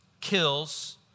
kills